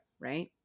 right